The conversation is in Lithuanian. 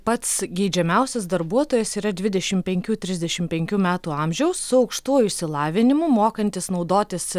pats geidžiamiausias darbuotojas yra dvidešimt penkių trisdešimt penkių metų amžiaus su aukštuoju išsilavinimu mokantis naudotis